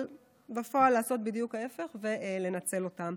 אבל בפועל לעשות בדיוק ההפך ולנצל אותם.